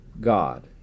God